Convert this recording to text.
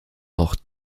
noch